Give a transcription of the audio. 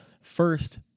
first